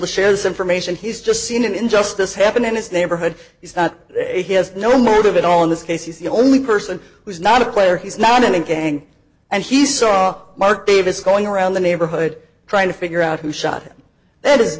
to share this information he's just seen an injustice happen in his neighborhood he has no motive at all in this case he's the only person who's not a player he's not in a gang and he saw mark davis going around the neighborhood trying to figure out who shot